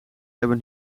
hebben